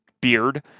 beard